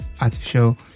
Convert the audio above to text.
artificial